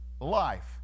life